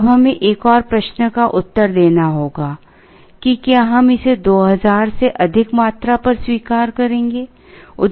अब हमें एक और प्रश्न का उत्तर देना होगा कि क्या हम इसे 2000 से अधिक मात्रा पर स्वीकार करेंगे